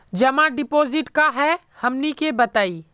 जमा डिपोजिट का हे हमनी के बताई?